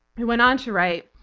he went on to write,